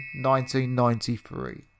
1993